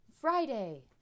Friday